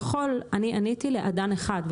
עניתי לאדן אחד,